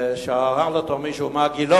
ושאל אותו מישהו מה גילו,